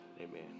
amen